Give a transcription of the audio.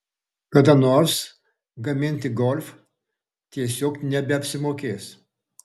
kada nors gaminti golf tiesiog nebeapsimokės